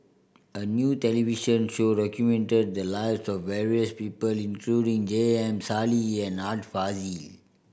a new television show documented the lives of various people including J M Sali and Art Fazil